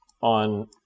on